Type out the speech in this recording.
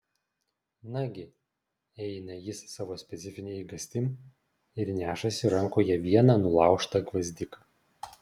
nagi eina jis savo specifine eigastim ir nešasi rankoje vieną nulaužtą gvazdiką